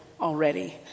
already